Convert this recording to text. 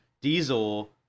diesel